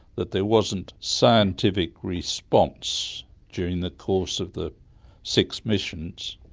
that there wasn't scientific response during the course of the six missions.